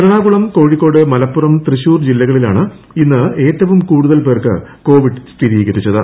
എറണാകുളം കോഴിക്കോട് മലപ്പുറം തൃശൂർ ജില്ലകളിലാണ് ഇന്ന് ഏറ്റവും കൂടുതൽ പേർക്ക് കോവിഡ് സ്ഥിരീകരിച്ചത്